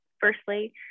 firstly